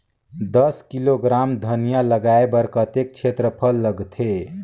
दस किलोग्राम धनिया लगाय बर कतेक क्षेत्रफल लगथे?